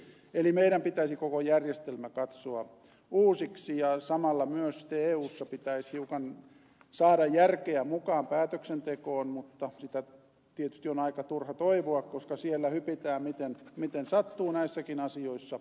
eli meidän pitäisi koko järjestelmä katsoa uusiksi ja samalla myös sitten eussa pitäisi hiukan saada järkeä mukaan päätöksentekoon mutta sitä tietysti on aika turha toivoa koska siellä hypitään miten sattuu näissäkin asioissa